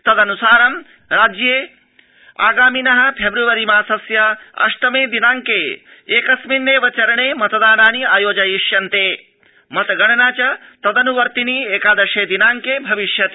तदनुसारम् अत्र राज्ये आगामिन फेब्रअरी मासस्य अष्टमे दिनांके एकस्मिनेव चरणे मतदानानि आयोजयिष्यन्ते मतगणना च तदन्वर्तिनि एकादशे दिनांके भविष्यति